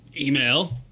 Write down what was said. email